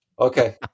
Okay